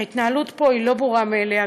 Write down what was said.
שההתנהלות פה היא לא ברור מאליה,